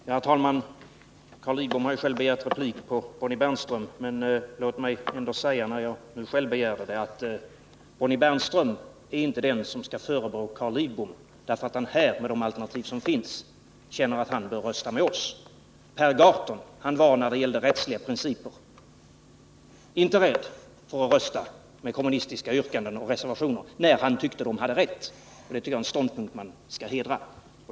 Herr talman! Carl Lidbom har själv begärt replik på Bonnie Bernströms anförande, men låt mig säga, när jag nu själv begär replik, att Bonnie Bernström inte är den som skall förebrå Carl Lidbom att han här med de alternativ som finns känner att han bör rösta med oss. Per Gahrton var när det gällde rättsliga principer inte rädd för att rösta på kommunistiska yrkanden, när han tyckte att de hade rätt. Det är en ståndpunkt som man skall hedra.